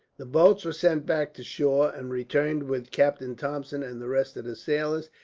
the boats were sent back to shore, and returned with captain thompson and the rest of the sailors,